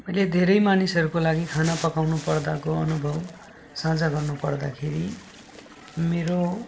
मैले धेरै मानिसहरूको लागि खाना पकाउनु पर्दाको अनुभव साझा गर्नु पर्दाखेरि मेरो